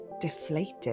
deflated